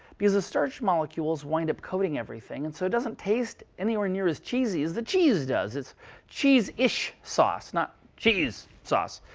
because the starch molecules wind up coating everything, and so it doesn't taste anywhere near as cheesy as the cheese does. it's cheese-ish sauce, not cheese sauce.